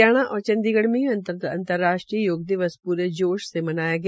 हरियाणा और चंडीगढ़ में भी अंतर्राष्ट्रीय योग दिवस पूरे जोश से मनाया गया